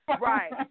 Right